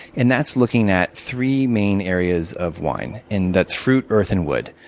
and that's looking at three main areas of wine. and that's fruit, earth, and wood.